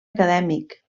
acadèmic